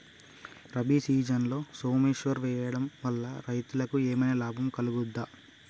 రబీ సీజన్లో సోమేశ్వర్ వేయడం వల్ల రైతులకు ఏమైనా లాభం కలుగుద్ద?